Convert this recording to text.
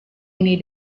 ini